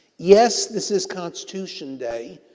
yes, this is constitution day,